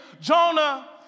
Jonah